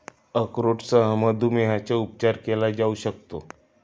अक्रोडसह मधुमेहाचा उपचार केला जाऊ शकतो